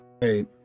hey